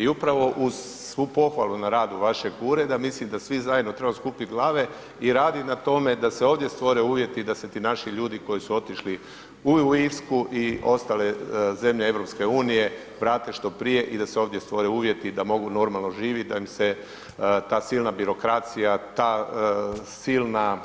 I upravo uz svu pohvalu na radu vašeg ureda, mislim da svi zajedno trebamo skupiti glave i raditi na tome da se ovdje stvore uvjeti da se ti naši ljudi koji su otišli u Irsku i ostale zemlje EU vrate što prije i da se ovdje stvore uvjeti da mogu normalno živiti, da im se ta silna birokracija, ta silna